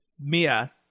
Mia